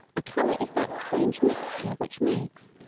a color is that strange mixture which makes,